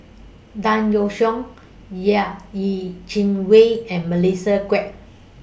Tan Yeok Seong Yeh Chi Wei and Melissa Kwee